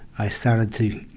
i started to